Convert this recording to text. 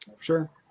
Sure